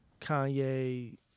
Kanye